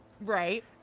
Right